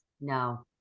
no